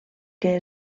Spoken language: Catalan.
que